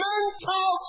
Mental